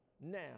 now